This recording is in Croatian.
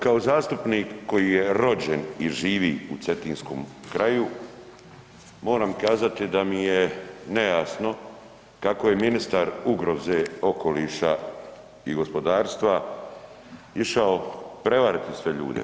Kao zastupnik koji je rođen i živi u Cetinskom kraju moram kazati da mi je nejasno kako je ministar ugroze okoliša i gospodarstva išao prevariti sve ljude.